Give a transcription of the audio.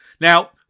Now